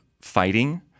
fighting